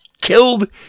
killed